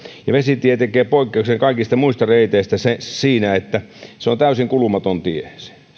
ja vesitie tekee poikkeuksen kaikista muista reiteistä siinä että se on täysin kulumaton tie